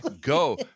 Go